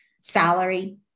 salary